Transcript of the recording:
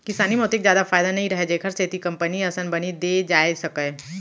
किसानी म ओतेक जादा फायदा नइ रहय जेखर सेती कंपनी असन बनी दे जाए सकय